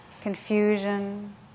confusion